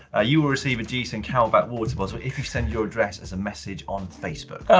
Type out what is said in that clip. ah you will receive a gcn camelbak water bottle if you send your address as a message on facebook.